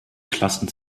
klassen